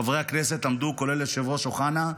חברי הכנסת עמדו, כולל היושב-ראש אוחנה,